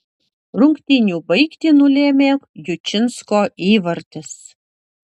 rungtynių baigtį nulėmė jučinsko įvartis